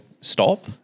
stop